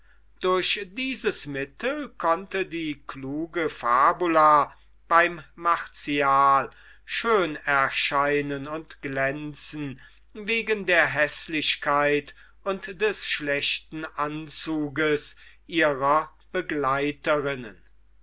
durch dieses mittel konnte die kluge fabula beim martial schön erscheinen und glänzen wegen der häßlichkeit und des schlechten anzuges ihrer begleiterinnen